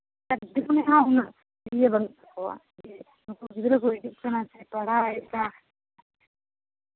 ᱟᱨ ᱜᱤᱫᱽᱨᱟᱹ ᱢᱚᱱᱮ ᱦᱚᱸ ᱩᱱᱟᱹᱜ ᱤᱭᱟᱹ ᱵᱟᱹᱱᱩᱜ ᱛᱟᱠᱚᱣᱟ ᱟᱨᱠᱤ ᱱᱩᱠᱩ ᱜᱤᱫᱽᱨᱟᱹ ᱠᱚ ᱦᱤᱡᱩᱜ ᱠᱟᱱᱟ ᱥᱮ ᱯᱟᱲᱦᱟᱣ ᱦᱩᱭᱩᱜᱼᱟ